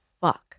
fuck